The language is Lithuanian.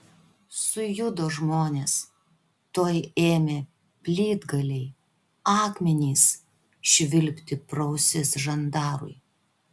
sujudo žmonės tuoj ėmė plytgaliai akmenys švilpti pro ausis žandarui